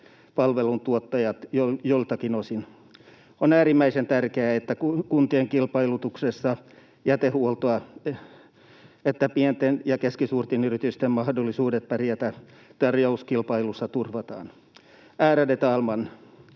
palveluntuottajat joiltakin osin. On äärimmäisen tärkeää, että kuntien kilpailutuksessa jätehuollosta pienten ja keskisuurten yritysten mahdollisuudet pärjätä tarjouskilpailussa turvataan. Ärade talman!